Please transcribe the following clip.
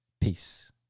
Peace